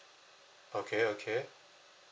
okay okay